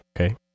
okay